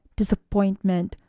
disappointment